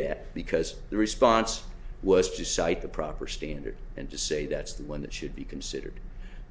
that because the response was to cite the proper standard and to say that's the one that should be considered